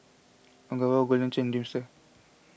Ogawa Golden Churn Dreamster